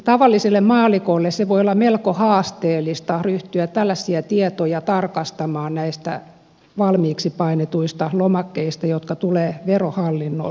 tavalliselle maallikolle voi olla melko haasteellista ryhtyä tällaisia tietoja tarkastamaan näistä valmiiksi painetuista lomakkeista jotka tulevat verohallinnolta